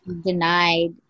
denied